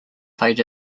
played